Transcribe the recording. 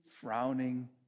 frowning